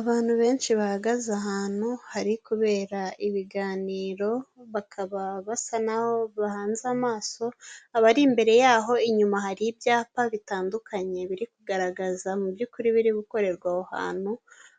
Abantu benshi bahagaze ahantu hari kubera ibiganiro, bakaba basa n'aho bahanze amaso abari imbere yaho, inyuma hari ibyapa bitandukanye biri kugaragaza mu by'ukuri ibiri gukorerwa aho hantu,